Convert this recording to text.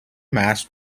mast